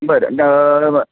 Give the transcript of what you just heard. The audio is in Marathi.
बरं न मग